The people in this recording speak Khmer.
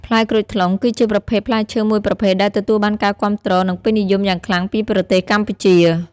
ផ្លែក្រូចថ្លុងគឺជាប្រភេទផ្លែឈើមួយប្រភេទដែលទទួលបានការគាំទ្រនិងពេញនិយមយ៉ាងខ្លាំងពីប្រជាជនកម្ពុជា។